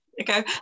okay